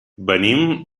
venim